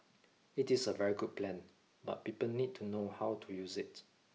it is a very good plan but people need to know how to use it